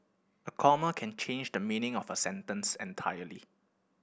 a comma can change the meaning of a sentence entirely